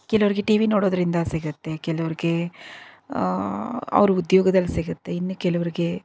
ಕೆಲವ್ರಿಗೆ TV ನೋಡೋದ್ರಿಂದ ಸಿಗತ್ತೆ ಕೆಲವ್ರಿಗೆ ಅವರ ಉದ್ಯೋಗದಲ್ಲಿ ಸಿಗುತ್ತೆ ಇನ್ನೂ ಕೆಲವ್ರಿಗೆ